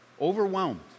Overwhelmed